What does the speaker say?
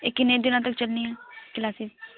ਇਹ ਕਿੰਨੇ ਦਿਨਾਂ ਤੱਕ ਚੱਲਣੀ ਹੈ ਕਲਾਸਿਜ਼